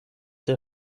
der